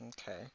okay